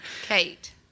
Kate